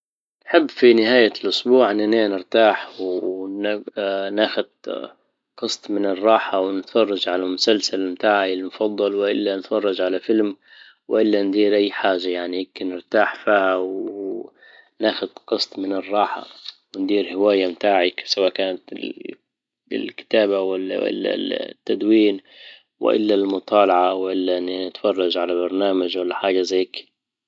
نحب في نهاية الاسبوع انني نرتاح و نبقى- ناخد قسط من الراحة ونتفرج على مسلسل نتاعي المفضل والا نتفرج على فيلم والا ندير اي حاجة، يعني نرتاح فيها و ناخد قسط من الراحة وندير هواية نتاعك سواء كانت بالكتابة والا الا التدوين والا المطالعة والا نتفرج على برنامج ولا حاجة زي هيك